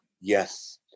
yes